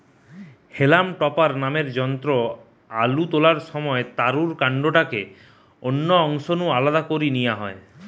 হেলাম topper নামের যন্ত্রে আলু তোলার সময় তারুর কান্ডটাকে অন্য অংশ নু আলদা করি নিয়া হয়